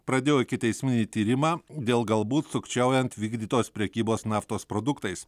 pradėjo ikiteisminį tyrimą dėl galbūt sukčiaujant vykdytos prekybos naftos produktais